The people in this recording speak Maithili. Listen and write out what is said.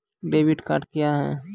डेबिट कार्ड क्या हैं?